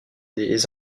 des